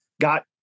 got